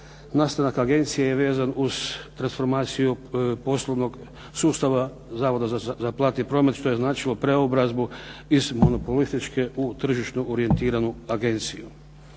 Nastanak Agencije je vezan uz transformaciju poslovnog sustava Zavoda za platni promet što je značilo preobrazbu iz monopolističke u tržišno orijentiranu agenciju.